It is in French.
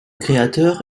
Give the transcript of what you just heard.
créateur